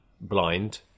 blind